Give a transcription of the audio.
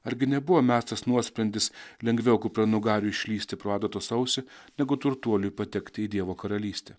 argi nebuvo mestas nuosprendis lengviau kupranugariui išlįsti pro adatos ausį negu turtuoliui patekti į dievo karalystę